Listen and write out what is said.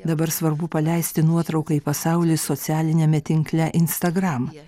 dabar svarbu paleisti nuotrauką į pasaulį socialiniame tinkle instagram